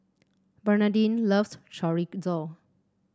Bernardine loves Chorizo